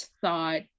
thought